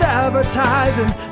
advertising